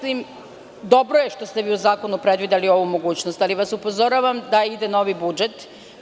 Dobro je što ste vi u zakonu predvideli ovu mogućnost, ali vas upozoravam da ide novi budžet.